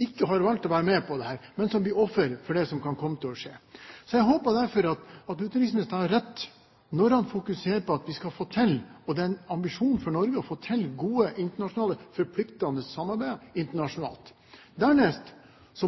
ikke har valgt å være med på dette, men som indirekte blir ofre for det som kan komme til å skje. Jeg håper derfor at utenriksministeren har rett når han fokuserer på at det er en ambisjon for Norge å få til godt og forpliktende samarbeid internasjonalt. Dernest